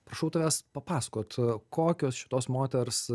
prašau tavęs papasakot kokios šitos moters